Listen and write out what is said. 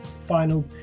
final